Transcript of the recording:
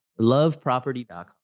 Loveproperty.com